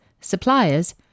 suppliers